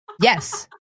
Yes